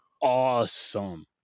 awesome